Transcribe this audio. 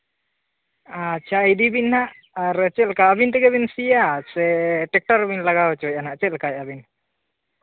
ᱟᱪᱪᱷᱟ ᱤᱫᱤ ᱵᱤᱱ ᱦᱟᱸᱜ ᱟᱨ ᱪᱮᱫ ᱞᱮᱠᱟ ᱟᱹᱵᱤᱱ ᱛᱮᱜᱮ ᱵᱤᱱ ᱥᱤᱭᱟ ᱥᱮ ᱴᱨᱟᱠᱴᱚᱨ ᱵᱮᱱ ᱞᱟᱜᱟᱣ ᱦᱚᱪᱚᱭᱮᱫᱼᱟ ᱦᱟᱸᱜ ᱪᱮᱫ ᱞᱮᱠᱟᱭᱮᱫ ᱵᱤᱱ